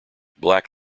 black